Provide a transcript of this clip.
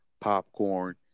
popcorn